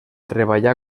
treballà